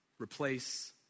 Replace